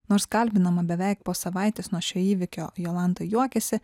nors kalbinama beveik po savaitės nuo šio įvykio jolanta juokiasi